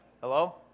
Hello